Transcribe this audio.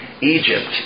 Egypt